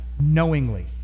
knowingly